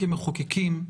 כמחוקקים,